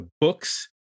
books